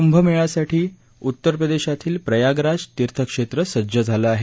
कुंभमेळ्यासाठी उत्तरप्रदेशातील प्रयागराज तीर्थक्षेत्रं सज्जं झालं आहे